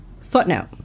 Footnote